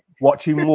watching